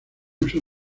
uso